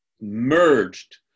merged